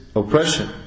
oppression